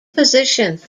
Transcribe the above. positions